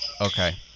Okay